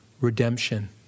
redemption